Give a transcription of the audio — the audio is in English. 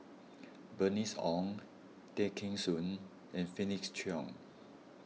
Bernice Ong Tay Kheng Soon and Felix Cheong